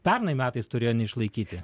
pernai metais turėjo neišlaikyti